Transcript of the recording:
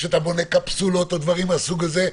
כשאתה בונה קפסולות ודברים מסוג זה.